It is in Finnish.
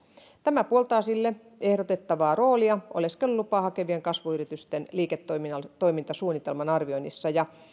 tämä puoltaa sille ehdotettavaa roolia oleskelulupaa hakevien kasvuyritysten liiketoimintasuunnitelman arvioinnissa ja